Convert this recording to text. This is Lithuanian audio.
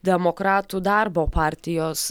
demokratų darbo partijos